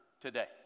today